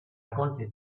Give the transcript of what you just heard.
wanted